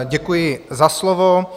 Děkuji za slovo.